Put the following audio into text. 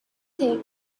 thing